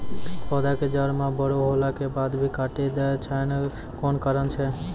पौधा के जड़ म बड़ो होला के बाद भी काटी दै छै कोन कारण छै?